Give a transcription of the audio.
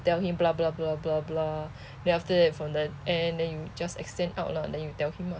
tell him blah blah blah blah blah then after that from the end then you just extend out lah then you tell him lah